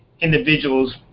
individuals